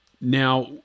Now